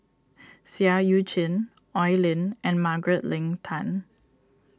Seah Eu Chin Oi Lin and Margaret Leng Tan